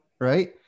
right